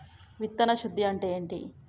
విత్తన శుద్ధి అంటే ఏంటి?